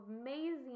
amazing